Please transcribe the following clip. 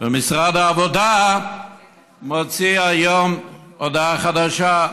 ומשרד העבודה מוציא היום הודעה חדשה,